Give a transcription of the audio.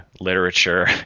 literature